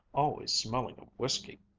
always smelling of whiskey.